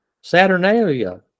Saturnalia